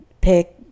pick